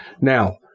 Now